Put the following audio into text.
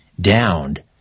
downed